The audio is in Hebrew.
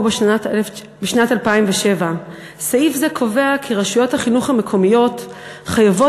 בשנת 2007. סעיף זה קובע כי רשויות החינוך המקומיות חייבות